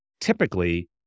typically